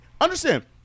Understand